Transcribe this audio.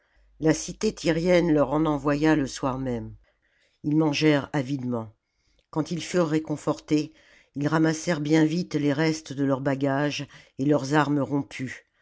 la cité tyrienne leur en envoya le soir même ils mangèrent avidement quand ils furent réconfortés ils ramassèrent bien vite les restes de leurs bagages et leurs armes rompues